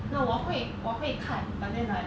no 我会我会看 but then like